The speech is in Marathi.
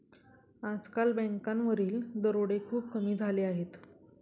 आजकाल बँकांवरील दरोडे खूप कमी झाले आहेत